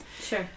sure